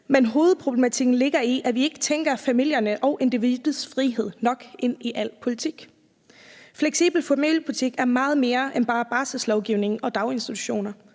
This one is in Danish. men hovedproblematikken ligger i, at vi ikke tænker familierne og individets frihed nok ind i al politik. Fleksibel familiepolitik er meget mere end bare barselslovgivning og daginstitutioner.